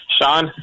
Sean